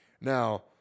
Now